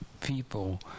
people